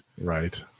Right